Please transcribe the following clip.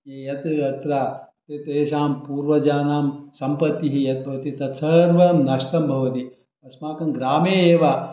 यत् अत्र तेषां पूर्वजानां सम्पत्तिः यत् भवति तत् सर्वं नष्टं भवति अस्माकङ्ग्रामे एव